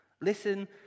Listen